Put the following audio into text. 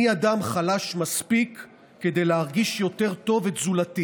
אני אדם חלש מספיק כדי להרגיש יותר טוב את זולתי